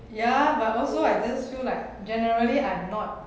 ya but also I just feel like generally I'm not